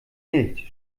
nicht